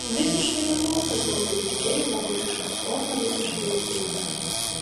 visiškai normalu kad daugeliui idėjų mano išraiškos forma visiškai netinka